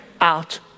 out